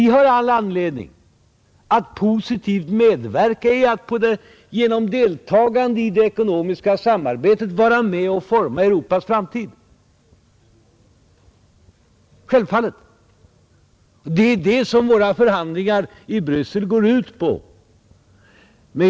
Vi har all anledning att positivt medverka till att genom deltagande i det ekonomiska samarbetet vara med om att forma Europas framtid. Det är det som våra förhandlingar i Bryssel går ut på.